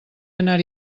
anar